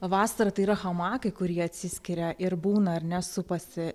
vasarą tai yra hamakai kurie atsiskiria ir būna ar ne supasi